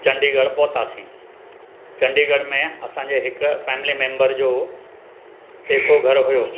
चंडीगढ़ पहुतासीं चंडीगढ़ में असांजे हिकु फ़ैमली मेम्बर जो टेको घरु हुओ